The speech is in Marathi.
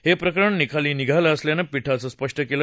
हे प्रकरण निकाली निघालं असल्याचं पीठानं स्पष्ट केलं